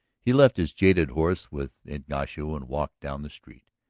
he left his jaded horse with ignacio and walked down the street.